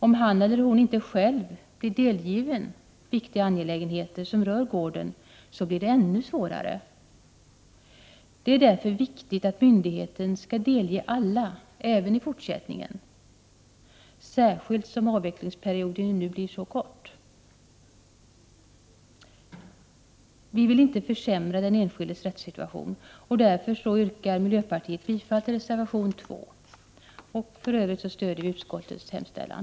Om han eller hon inte själv blir delgiven i viktiga angelägenheter som rör gården, blir det ännu svårare. Det är därför viktigt att myndigheten delger alla även i fortsättningen — särskilt som avvecklingsperioden nu blir så kort. Vi i miljöpartiet vill inte försämra den enskildes rättssituation. Därför yrkar vi bifall till reservation 2. I övrigt stöder vi utskottets hemställan.